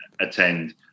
attend